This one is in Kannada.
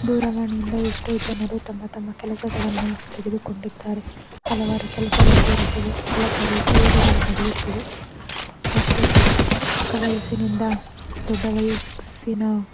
ದೂರವಾಣಿಯಿಂದ ಎಷ್ಟೋ ಜನರು ತಮ್ಮ ತಮ್ಮ ಕೆಲಸಗಳನ್ನು ತೆಗೆದುಕೊಂಡಿದ್ದಾರೆ ಹಲವಾರು ಕೆಲಸಗಳು ದೊರಕಿವೆ ಹಲವಾರು ಉಪಯೋಗಗಳು ನಡೆಯುತ್ತಿವೆ ಮತ್ತು ಚಿಕ್ಕ ವಯಸ್ಸಿನಿಂದ ದೊಡ್ಡ ವಯಸ್ಸಿನ